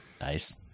Nice